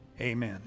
Amen